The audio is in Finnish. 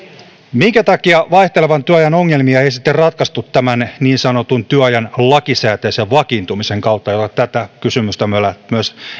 minkä takia vaihtelevan työajan ongelmia ei sitten ratkaistu tämän niin sanotun työajan lakisääteisen vakiintumisen kautta tätä kysymystä